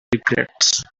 regrets